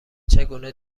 چگونه